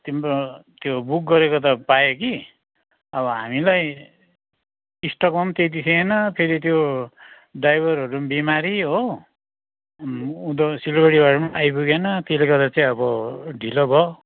तिम्रो त्यो बुक गरेको त पाएँ कि अब हामीलाई स्टकमा पनि त्यति थिएन फेरि त्यो ड्राइभरहरू पनि बिमारी हो उनीहरू सिलगढीबाट पनि आइपुगेन त्यसले गर्दा चाहिँ अब ढिलो भयो